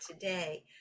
today